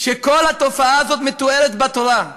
שכל התופעה הזאת מתוארת בתורה.